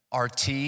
rt